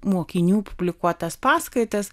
mokinių publikuotas paskaitas